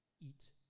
Eat